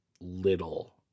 little